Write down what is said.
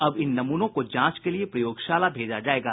अब इन नमूनों को जांच के लिये प्रयोगशाला भेजा जायेगा